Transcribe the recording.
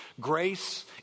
grace